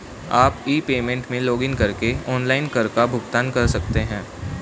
आप e payment में login करके ऑनलाइन कर का भुगतान कर सकते हैं